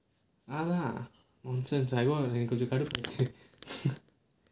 !alah! nonsense